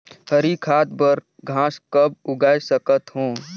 हरी खाद बर घास कब उगाय सकत हो?